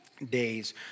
days